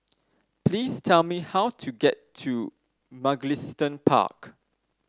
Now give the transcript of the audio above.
please tell me how to get to Mugliston Park